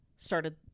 started